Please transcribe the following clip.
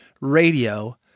radio